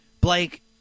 Blake